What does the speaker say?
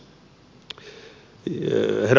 herra puhemies